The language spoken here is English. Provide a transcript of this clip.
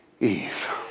Eve